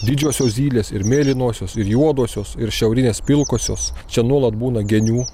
didžiosios zylės ir mėlynosios ir juodosios ir šiaurinės pilkosios čia nuolat būna genių